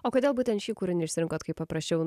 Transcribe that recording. o kodėl būtent šį kūrinį išsirinkot kai paprašiau